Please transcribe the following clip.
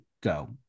go